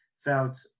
felt